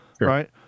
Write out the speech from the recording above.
right